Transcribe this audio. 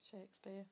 Shakespeare